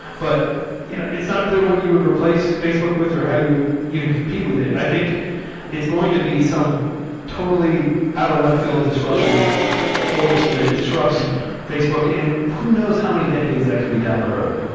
but you know it's not clear what you would replace facebook with, or how you would even compete with it. i think it's going to be some totally out of left field disruptive force that disrupts facebook. and who knows how many decades that could be down the road?